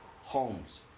Homes